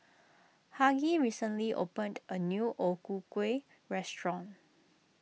Hughie recently opened a new O Ku Kueh restaurant